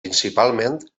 principalment